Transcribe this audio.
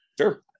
Sure